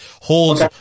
holds